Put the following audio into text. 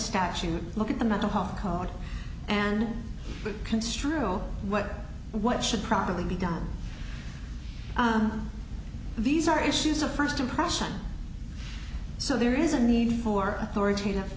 statute look at the mental health code and construal what what should properly be done on these are issues of first impression so there is a need for authoritative